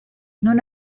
non